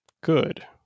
good